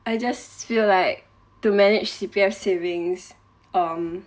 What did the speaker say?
I just feel like to manage C_P_F savings um